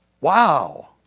wow